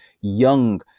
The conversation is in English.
young